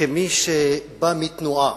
כמי שבא מתנועה,